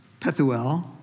Pethuel